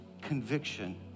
conviction